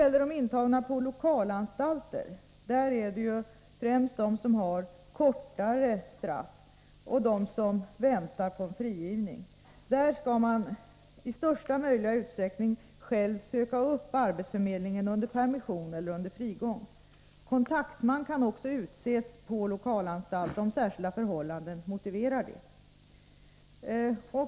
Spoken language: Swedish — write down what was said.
De intagna på lokalanstalter — där finns främst intagna med kortare straff och intagna som väntar på frigivning — skall i största möjliga utsträckning själva söka upp arbetsförmedlingen under permission eller frigång. Kontaktman kan utses också på lokalanstalt om särskilda förhållanden motiverar det.